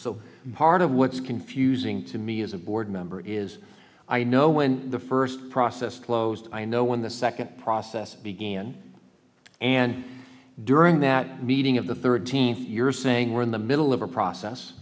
so part of what's confusing to me as a board member is i know when the first process closed i know when the second process began and during that meeting of the thirteenth you're saying we're in the middle of a process